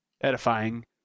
edifying